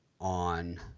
on